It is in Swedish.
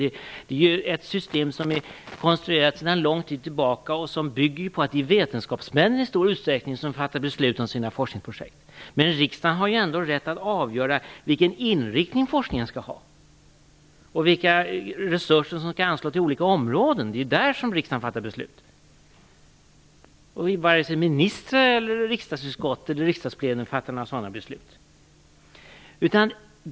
Vi har ett system som är konstruerat sedan lång tid tillbaka och som bygger på att det är vetenskapsmännen som i stor utsträckning fattar beslut om enskilda forskningsprojekt, men riksdagen har ändå rätt att avgöra vilken inriktning forskningen skall ha och vilka resurser som skall anslås till olika områden. Det är där som riksdagen fattar beslut. Varken ministrar, riksdagens utskott eller riksdagen i plenum fattar några sådana beslut.